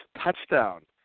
touchdown